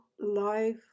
life